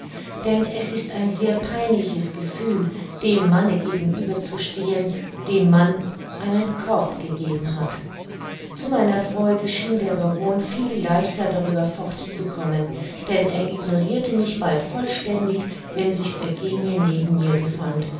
denn es ist ein sehr peinliches gefühl dem manne gegenüber zu stehen dem man einen korb gegeben zu meiner freude schien der baron viel leichter darüber fort zu kommen denn er ignorirte mich bald vollständig wenn sich eugenie neben mir befand